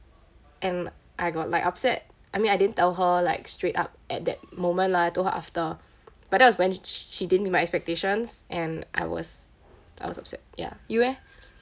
and I got like upset I mean I didn't tell her like straight up at that moment lah I told her after but that was when sh~ sh~ she didn't meet my expectations and I was I was upset ya you eh